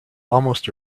almost